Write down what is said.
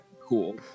Cool